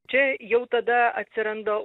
čia jau tada atsiranda